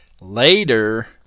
Later